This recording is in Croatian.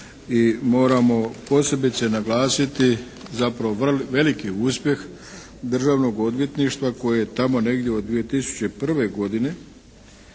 moramo posebice naglasiti zapravo veliki uspjeh Državnog odvjetništva koje je tamo negdje od 2001. godine